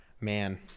Man